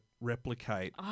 replicate